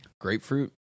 Grapefruit